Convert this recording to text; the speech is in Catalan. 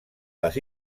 les